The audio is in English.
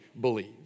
believe